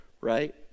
right